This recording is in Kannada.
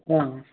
ಹಾಂ